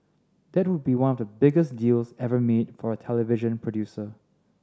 that would be one of the biggest deals ever made for a television producer